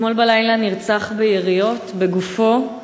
אתמול בלילה נרצח ביריות בגופו,